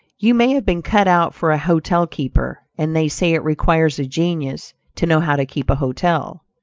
you may have been cut out for a hotel keeper, and they say it requires a genius to know how to keep a hotel.